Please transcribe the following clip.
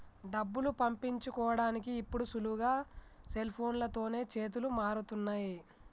డబ్బులు పంపించుకోడానికి ఇప్పుడు సులువుగా సెల్ఫోన్లతోనే చేతులు మారుతున్నయ్